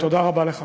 תודה רבה לך.